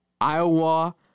Iowa